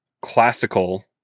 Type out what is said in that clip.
classical